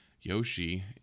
Yoshi